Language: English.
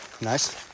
Nice